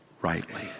rightly